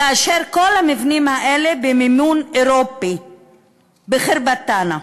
וכל המבנים האלה היו במימון אירופי בח'רבת טאנא.